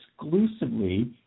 exclusively